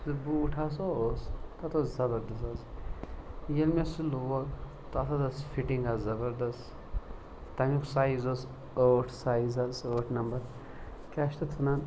سُہ بوٗٹھ ہَسا اوس تَتھ اوس زَبَردَس حظ ییٚلہِ مےٚ سُہ لوگ تَتھ حظ ٲس فِٹِنٛگ حظ زَبَردَس تَمیُک سایز اوس ٲٹھ سایز حظ ٲٹھ نمبر کیٛاہ چھِ تَتھ وَنان